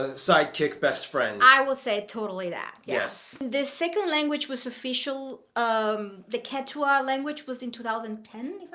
ah sidekick best friend. i will say totally that. yes, the second language was official um the cat to our language was in two thousand and ten.